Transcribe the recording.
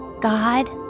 God